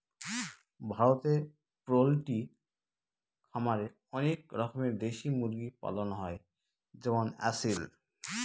ভারতে পোল্ট্রি খামারে অনেক রকমের দেশি মুরগি পালন হয় যেমন আসিল